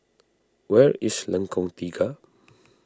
where is Lengkong Tiga